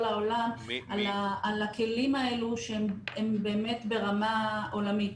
העולם על הכלים האלו שהם באמת ברמה עולמית.